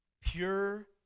pure